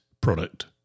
product